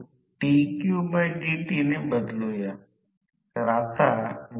तर आता r2 ' s पासून r2 वेगळे केले जाते याचे कारण रोटर कॉपर लॉस हे वेगळे आहे